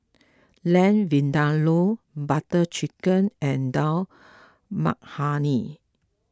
Lamb Vindaloo Butter Chicken and Dal Makhani